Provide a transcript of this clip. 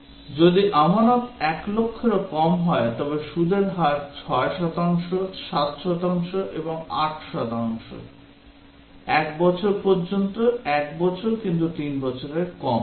যদি আমানত 1 লক্ষেরও কম হয় তবে সুদের হার 6 শতাংশ 7 শতাংশ এবং 8 শতাংশ 1 বছর পর্যন্ত 1 বছর কিন্তু 3 বছরের কম